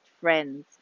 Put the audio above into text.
friends